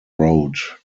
road